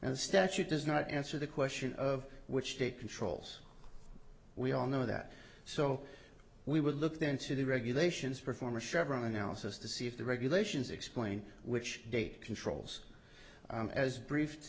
and statute does not answer the question of which state controls we all know that so we would look then to the regulations perform a chevron analysis to see if the regulations explain which date controls as br